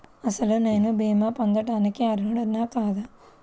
అసలు నేను భీమా పొందుటకు అర్హుడన కాదా?